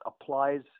applies